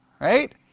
Right